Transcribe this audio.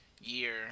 Year